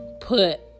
put